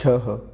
छः